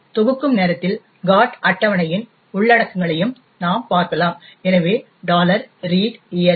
எனவே தொகுக்கும் நேரத்தில் GOT அட்டவணையின் உள்ளடக்கங்களையும் நாம் பார்க்கலாம் எனவே readelf x